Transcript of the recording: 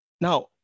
Now